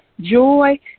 joy